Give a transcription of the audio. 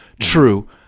True